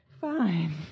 Fine